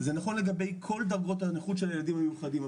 זה נכון לגבי כל דרגות הנכות של הילדים המיוחדים,